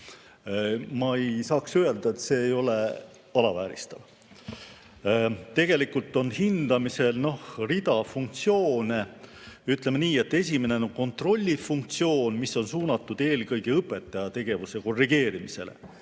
Ma ei saa öelda, et see ei ole alavääristav. Tegelikult on hindamisel rida funktsioone. Ütleme nii, et esimene on kontrollifunktsioon, mis on suunatud eelkõige õpetaja tegevuse korrigeerimisele.